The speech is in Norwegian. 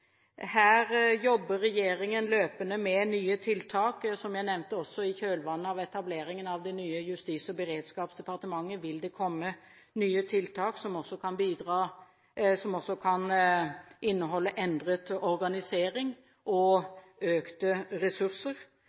Her jobber regjeringen løpende med nye tiltak. Som jeg nevnte, i kjølvannet av etableringen av det nye Justis- og beredskapsdepartementet vil det komme nye tiltak som også kan inneholde endret organisering og økte ressurser.